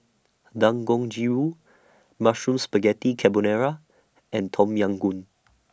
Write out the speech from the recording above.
Dangojiru Mushroom Spaghetti Carbonara and Tom Yam Goong